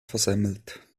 versemmelt